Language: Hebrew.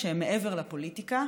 "שהם מעבר לפוליטיקה,